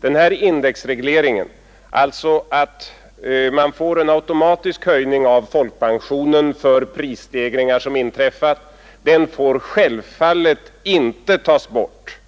Denna indexreglering, som innebär att man får en automatisk höjning av folkpensionen för prisstegringar som inträffat, får självfallet inte tas bort.